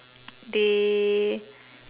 they